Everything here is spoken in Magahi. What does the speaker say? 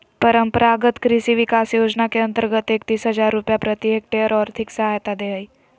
परम्परागत कृषि विकास योजना के अंतर्गत एकतीस हजार रुपया प्रति हक्टेयर और्थिक सहायता दे हइ